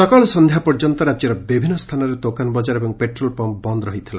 ସକାଳୁ ସକ୍ଷ୍ୟା ପର୍ଯ୍ୟନ୍ତ ରାକ୍ୟର ବିଭିନ୍ ସ୍ଚାନରେ ଦୋକାନ ବଜାର ଏବଂ ପେଟ୍ରୋଲ୍ ପମ୍ମ୍ ବନ୍ଦ୍ ରହିଥିଲା